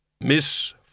Miss